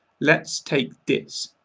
let's take diss.